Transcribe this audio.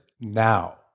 now